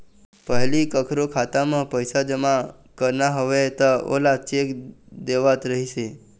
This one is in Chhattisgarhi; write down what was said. पहिली कखरो खाता म पइसा जमा करना होवय त ओला चेक देवत रहिस हे